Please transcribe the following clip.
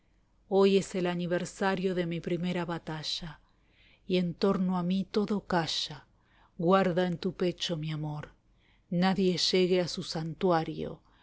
hoy es el aniversario de mi primera batalla y en torno a mí todo calla guarda en tu pecho mi amor nadie llegue a su santuario